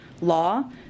law